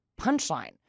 punchline